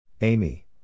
Amy